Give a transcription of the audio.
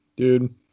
dude